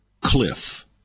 cliff